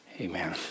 Amen